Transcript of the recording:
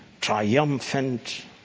triumphant